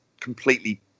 completely